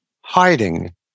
Hiding